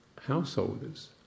householders